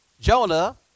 Jonah